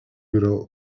yra